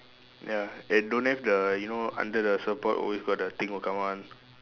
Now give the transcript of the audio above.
ya and don't have the you know under the support always got the thing will come up one